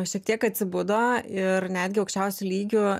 šiek tiek atsibudo ir netgi aukščiausiu lygiu